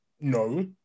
No